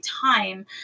time